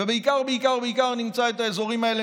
ובעיקר בעיקר בעיקר נמצא את האזורים האלה